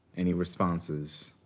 any responses?